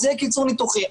אז יהיה קיצור ניתוחים.